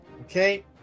Okay